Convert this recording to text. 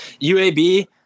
UAB